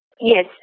Yes